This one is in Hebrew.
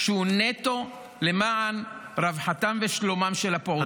שהוא נטו למען רווחתם ושלומם של הפעוטות.